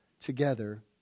together